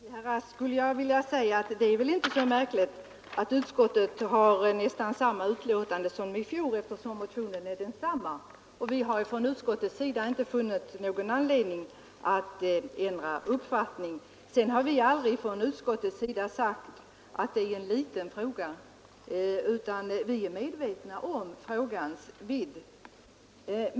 Herr talman! Till herr Rask skulle jag vilja säga att det är väl inte så märkligt att utskottet har avgivit nästan samma betänkande i år som i fjol, eftersom motionen är densamma. Vi har från utskottets sida inte funnit någon anledning att ändra uppfattning. Och utskottet har aldrig sagt att detta är en liten fråga, utan vi är medvetna om frågans vidd.